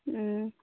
ꯎꯝ